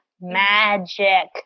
Magic